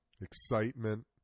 excitement